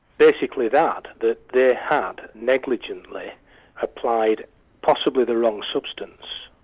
basically, that. that they had negligently applied possibly the wrong substance,